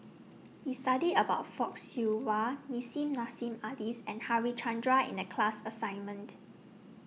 We studied about Fock Siew Wah Nissim Nassim Adis and Harichandra in The class assignment